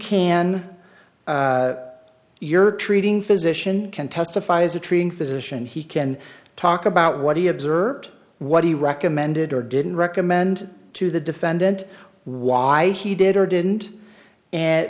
can you're treating physician can testify as a treating physician he can talk about what he observed what he recommended or didn't recommend to the defendant why he did or didn't and